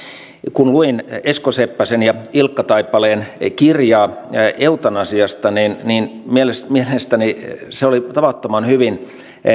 kun luin esko seppäsen ja ilkka taipaleen kirjaa eutanasiasta niin niin mielestäni mielestäni se oli tavattoman hyvin